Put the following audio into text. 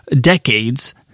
decades